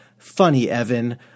funnyevan